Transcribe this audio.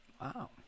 Wow